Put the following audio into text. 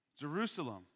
Jerusalem